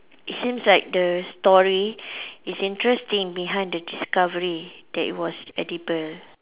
it seems like the story is interesting behind the discovery that it was edible